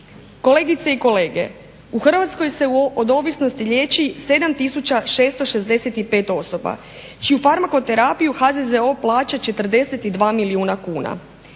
Kolegice i kolege, u Hrvatskoj se od ovisnosti liejči 7 tisuća 665 osoba, čiju farmakoterapiju HZZO plaća 42 milijuna kuna.